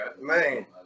Man